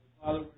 Father